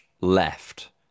left